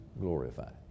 glorified